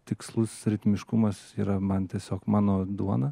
tikslus ritmiškumas yra man tiesiog mano duona